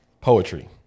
Poetry